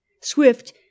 Swift